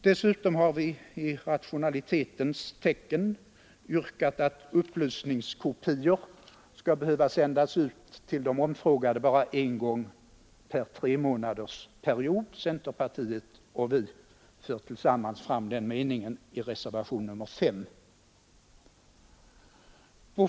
Dessutom har vi i rationalitetens tecken yrkat att upplysningskopior skall behöva sändas ut till de omfrågade bara en gång per tremånadersperiod. Centerpartiet och vi för tillsammans fram den meningen i reservationen 5.